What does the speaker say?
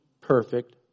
perfect